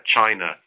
China